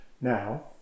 Now